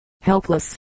helpless